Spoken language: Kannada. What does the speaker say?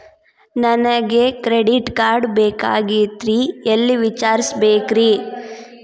ನನಗೆ ಕ್ರೆಡಿಟ್ ಕಾರ್ಡ್ ಬೇಕಾಗಿತ್ರಿ ಎಲ್ಲಿ ವಿಚಾರಿಸಬೇಕ್ರಿ?